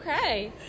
Okay